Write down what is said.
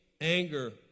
anger